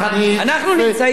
אנחנו נמצאים,